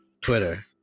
twitter